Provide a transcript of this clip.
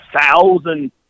thousand